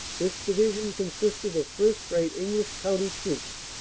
this division consisted of first-rate english county troops,